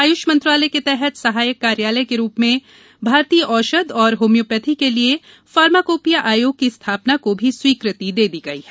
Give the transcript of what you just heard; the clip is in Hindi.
आयुष मंत्रालय के तहत सहायक कार्यालय के रूप में भारतीय औषध और होम्योपैथी के लिए फार्माकोपिया आयोग की स्थापना को भी स्वीकृति दे दी गई है